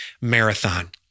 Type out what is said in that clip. Marathon